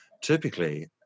typically